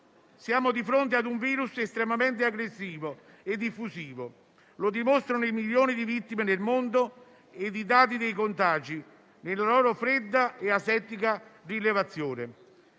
Siamo di fronte a un virus estremamente aggressivo e diffusivo. Lo dimostrano i milioni di vittime nel mondo e i dati dei contagi nella loro fredda e asettica rilevazione.